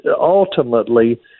ultimately